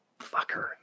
fucker